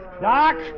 Doc